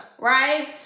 Right